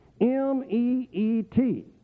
M-E-E-T